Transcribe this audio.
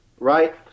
Right